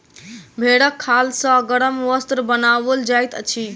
भेंड़क खाल सॅ गरम वस्त्र बनाओल जाइत अछि